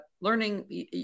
learning